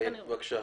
בבקשה.